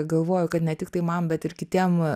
galvoju kad ne tiktai man bet ir kitiem